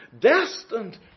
destined